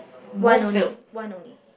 one only